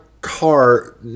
car